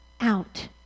out